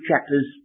chapters